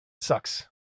sucks